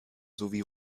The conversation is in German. sowie